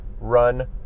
run